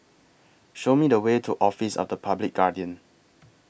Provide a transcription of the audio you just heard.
Show Me The Way to Office of The Public Guardian